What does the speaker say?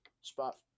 spot